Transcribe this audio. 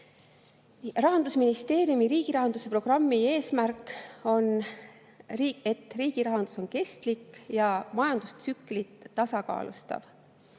Rahandusministeeriumi riigi rahanduse programmi eesmärk on, et riigi rahandus on kestlik ja majandustsüklit tasakaalustav.